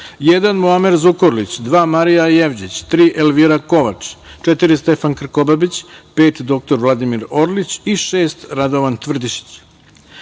Muamer Zukorlić,2. Marija Jevđić,3. Elvira Kovač,4. Stefan Krkobabić,5. dr Vladimir Orlić,6. Radovan Tvrdišić. Molim